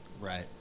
Right